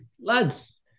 lads